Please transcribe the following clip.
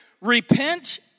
Repent